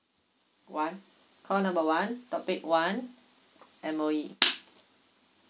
one call number one topic one M_O_E